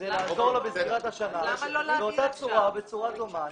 כדי לעזור בתחילת השנה, באותה צורה או בצורה דומה.